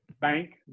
bank